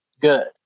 good